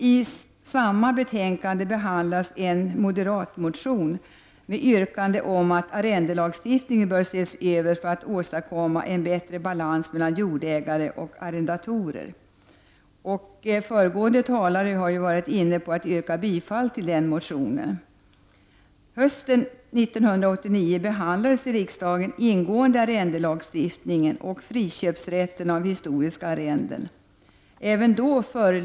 I samma betänkande behandlas en moderatmotion med yrkande om att arrendelagstiftningen bör ses över för att åstadkomma en bättre balans mellan jordägare och arrendatorer. Föregående talare har yrkat bifall till reservationen avseende denna motion. Hösten 1989 behandlades arrendelagstiftningen och friköpsrätten av historiska arrenden ingående i riksdagen.